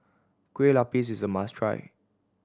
Kueh Lapis is a must try